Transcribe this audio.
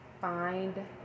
find